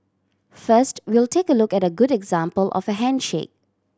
first we'll take a look at a good example of a handshake